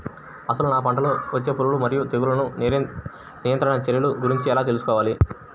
అసలు నా పంటలో వచ్చే పురుగులు మరియు తెగులుల నియంత్రణ చర్యల గురించి ఎలా తెలుసుకోవాలి?